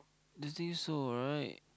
don't think so right